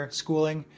schooling